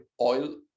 oil